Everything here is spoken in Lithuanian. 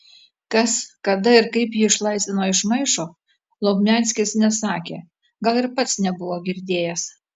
kas kada ir kaip jį išlaisvino iš maišo lovmianskis nesakė gal ir pats nebuvo girdėjęs